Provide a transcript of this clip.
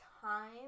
time